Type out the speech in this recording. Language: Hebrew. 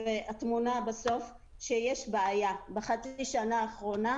והתמונה בסוף שיש בעיה בחצי שנה האחרונה,